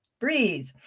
breathe